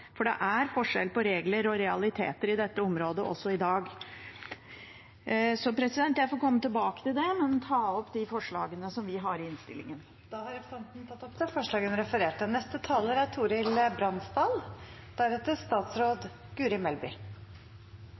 for det er forskjell på regler og realiteter på dette området også i dag. Jeg får komme tilbake til det. Men jeg tar opp det forslaget vi har i innstillingen. Representanten Karin Andersen har tatt opp det forslaget hun refererte til. I dag er